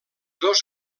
dos